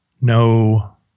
no